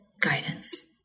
guidance